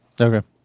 Okay